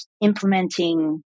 implementing